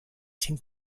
cinc